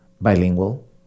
bilingual